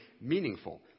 Meaningful